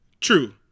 True